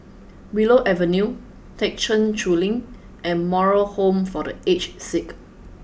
Willow Avenue Thekchen Choling and Moral Home for The Aged Sick